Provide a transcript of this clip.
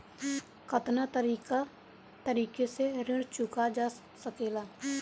कातना तरीके से ऋण चुका जा सेकला?